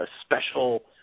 special